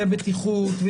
בטיחות,